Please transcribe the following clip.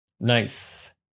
nice